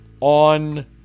on